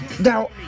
Now